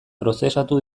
prozesatu